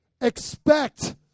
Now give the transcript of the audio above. Expect